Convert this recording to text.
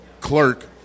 clerk